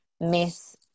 miss